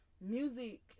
music